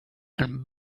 and